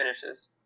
finishes